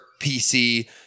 PC